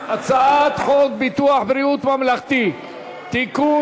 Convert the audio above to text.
הצעת חוק ביטוח בריאות ממלכתי (תיקון,